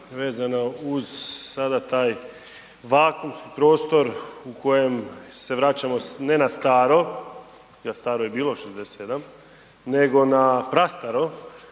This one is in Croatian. vezano uz sada taj vakuum, prostor, u kojem se vraćamo ne na staro, jer staro je bilo 67 nego na prastaro